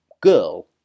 girl